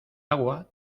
agua